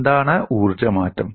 എന്താണ് ഊർജ്ജ മാറ്റം